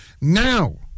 Now